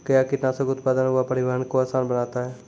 कया कीटनासक उत्पादन व परिवहन को आसान बनता हैं?